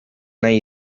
nahi